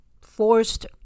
Forced